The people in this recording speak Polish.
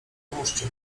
pomóżcie